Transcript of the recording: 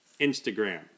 Instagram